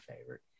favorite